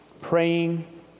Praying